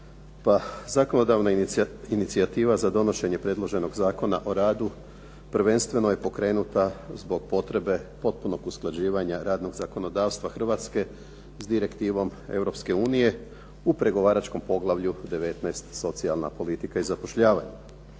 Zakonodavna inicijativa za donošenje predloženog Zakona o radu prvenstveno je pokrenuta zbog potrebe potpunog usklađivanja radnog zakonodavstva Hrvatske s Direktivom Europske unije u pregovaračkom poglavlju 19 – Socijalna politika i zapošljavanje.